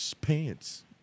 pants